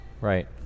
Right